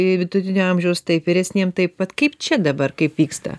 vidutinio amžiaus taip vyresniem taip pat kaip čia dabar kaip vyksta